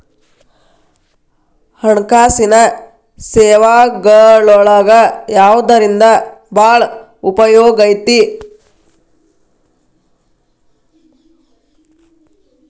ಹಣ್ಕಾಸಿನ್ ಸೇವಾಗಳೊಳಗ ಯವ್ದರಿಂದಾ ಭಾಳ್ ಉಪಯೊಗೈತಿ?